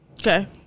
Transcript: Okay